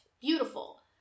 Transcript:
Beautiful